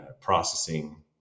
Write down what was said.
processing